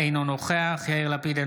אינו נוכח יאיר לפיד,